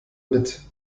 mit